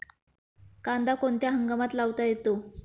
कांदा कोणत्या हंगामात लावता येतो?